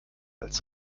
als